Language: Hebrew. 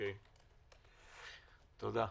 תודה.